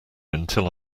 until